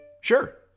Sure